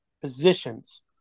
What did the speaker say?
positions